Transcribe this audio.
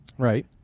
Right